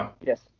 yes